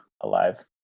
alive